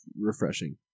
refreshing